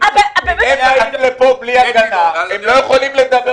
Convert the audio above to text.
--- הם באים לפה בלי הגנה, לא יכולים לדבר